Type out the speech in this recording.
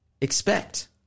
expect